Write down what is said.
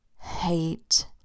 hate